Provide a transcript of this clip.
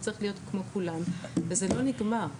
הוא צריך להיות כמו כולם וזה לא נגמר.